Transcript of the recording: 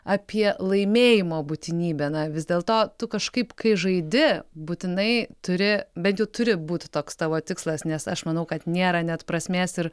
apie laimėjimo būtinybę na vis dėlto tu kažkaip kai žaidi būtinai turi bent jau turi būti toks tavo tikslas nes aš manau kad nėra net prasmės ir